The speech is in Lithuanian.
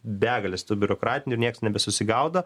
begalės tų biurokratinių ir niekas nebesusigaudo